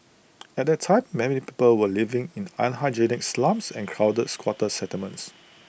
at that time many people were living in unhygienic slums and crowded squatter settlements